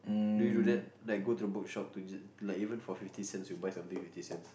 do you do that like go to the bookshop to just like even for fifty cents you will buy something fifty cents